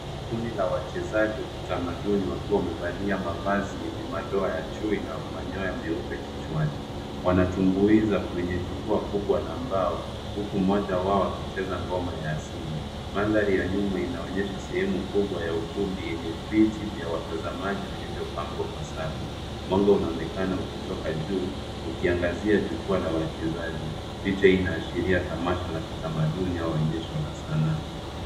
Kundi la wachezaji wa kitamaduni, wakiwa wamevalia mavazi yenye madoa ya chui na manyoya meupe kichwani. Wanatumbuiza kwenye jukwaa kubwa la mbao, huku mmoja wao akicheza ngoma ya asili. Maanthari ya nyuma inaonyesha sehemu kubwa ya ukumbi, yenye viti vya watazamaji vilivyopangwa kwa safu. Mwanga unaonekana ukitoka juu ,ukiangazia jukwaa la wachezaji. Picha hii inaashiria tamasha la kitamaduni au onyesha la sanaa.